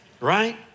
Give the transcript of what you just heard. Right